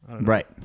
Right